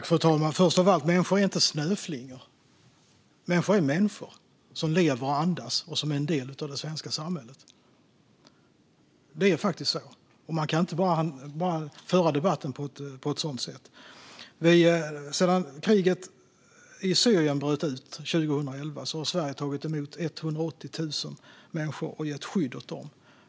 Fru talman! Först av allt: Människor är inte snöflingor. Människor är människor som lever och andas, och de är en del av det svenska samhället. Det är faktiskt så. Man kan inte föra debatten på ett sådant här sätt. Sedan kriget i Syrien bröt ut 2011 har Sverige tagit emot 180 000 människor och gett skydd åt dem.